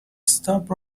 stop